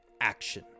action